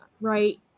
right